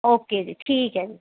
okay ਜੀ ਠੀਕ ਹੈ ਜੀ